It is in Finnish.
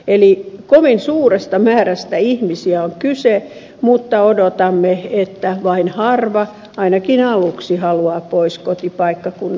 eli kovin suuresta määrästä ihmisiä on kyse mutta odotamme että vain harva ainakin aluksi haluaa pois kotipaikkakunnaltaan